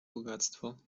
bogactwo